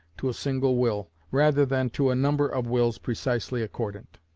to a single will, rather than to a number of wills precisely accordant.